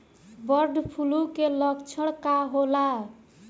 Bird flu के लक्षण का होला?